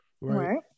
right